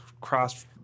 cross